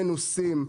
מנוסים,